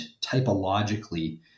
typologically